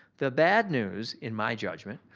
the bad news, in my judgment,